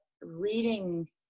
reading